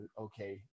okay